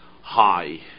high